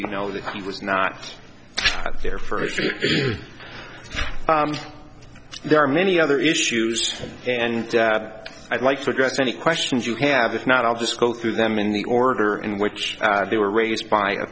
you know that he was not there for history there are many other issues and i'd like to address any questions you have if not i'll just go through them in the order in which they were raised by